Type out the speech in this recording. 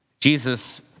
Jesus